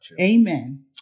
Amen